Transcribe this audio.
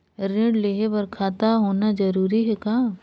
ऋण लेहे बर खाता होना जरूरी ह का?